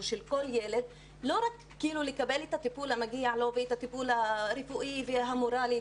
של כל ילד לא רק לקבל את הטיפול המגיע לו ואת הטיפול הרפואי והמורלי,